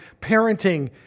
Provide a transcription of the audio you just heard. parenting